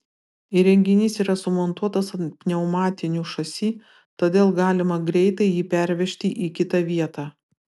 įrenginys yra sumontuotas ant pneumatinių šasi todėl galima greitai jį pervežti į kitą vietą